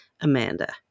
amanda